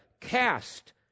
cast